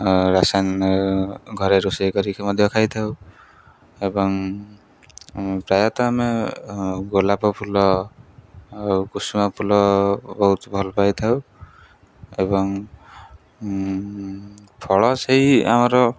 ରାସାୟନ ଘରେ ରୋଷେଇ କରିକି ମଧ୍ୟ ଖାଇଥାଉ ଏବଂ ପ୍ରାୟତଃ ଆମେ ଗୋଲାପ ଫୁଲ ଆଉ କୁସୁମା ଫୁଲ ବହୁତ ଭଲ ପାଇଥାଉ ଏବଂ ଫଳ ସେଇ ଆମର